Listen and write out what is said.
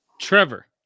Trevor